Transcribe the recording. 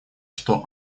что